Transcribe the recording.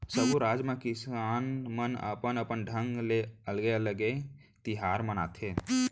सब्बो राज म किसान मन अपन अपन ढंग ले अलगे अलगे तिहार मनाथे